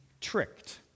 tricked